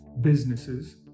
businesses